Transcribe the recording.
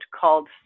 called